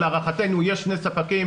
להערכתנו יש שני ספקים,